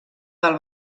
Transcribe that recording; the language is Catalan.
del